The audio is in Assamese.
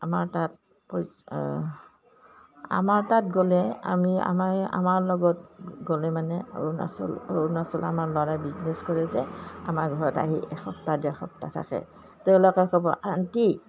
আমাৰ তাত আমাৰ তাত গ'লে আমি আমাৰ আমাৰ লগত গ'লে মানে অৰুণাচল অৰুণাচলত আমাৰ ল'ৰাই বিজনেছ কৰে যে আমাৰ ঘৰত আহি এসপ্তাহ ডেৰ সপ্তাহ থাকে তেওঁলোকে ক'ব আণ্টি